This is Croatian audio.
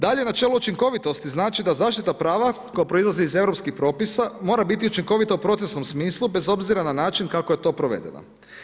Dalje, načelo učinkovitosti, znači da zaštita prava koja proizlazi iz europskih propisa mora biti učinkovita u procesnom smislu, bez obzira na način, kako je to provedeno.